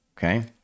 okay